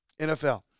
NFL